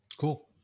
Cool